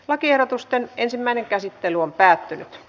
lakiehdotusten ensimmäinen käsittely päättyi